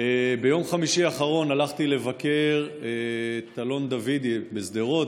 ביום חמישי האחרון הלכתי לבקר את אלון דוידי בשדרות.